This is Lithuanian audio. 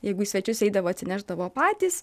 jeigu į svečius eidavo atsinešdavo patys